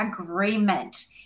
agreement